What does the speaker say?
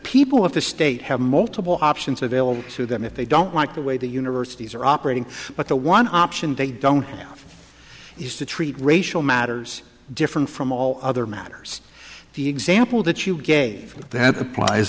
people of the state have multiple options available to them if they don't like the way the universities are operating but the one option they don't is to treat racial matters different from all other matters the example that you gave to have applies